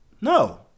No